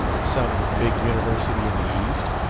some big university in the east?